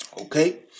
Okay